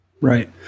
Right